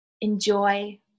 Enjoy